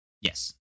Yes